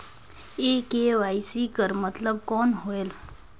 ये के.वाई.सी कर मतलब कौन होएल?